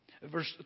Verse